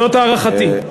זאת הערכתי.